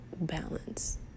balance